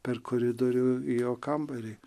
per koridorių į jo kambarį